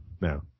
now